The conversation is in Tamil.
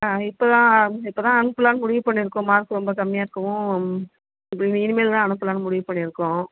ஆ இப்போ தான் இப்போ தான் அனுப்பலாம்னு முடிவு பண்ணிருக்கோம் மார்க் ரொம்ப கம்மியாக இருக்கவும் இப்படி இனிமேல் தான் அனுப்பலாம்னு முடிவு பண்ணிருக்கோம்